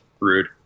rude